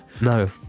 No